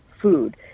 food